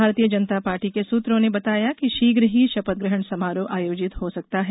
भारतीय जनता पार्टी के सूत्रों ने बताया कि शीघ्र ही शपथ ग्रहण समारोह आयोजित हो सकता है